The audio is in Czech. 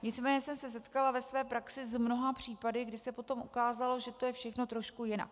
Nicméně jsem se setkala ve své praxi s mnoha případy, kdy se potom ukázalo, že to je všechno trošku jinak.